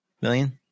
million